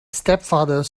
stepfather